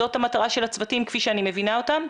זו המטרה של הצוותים, כפי שאני מבינה אותה.